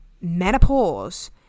menopause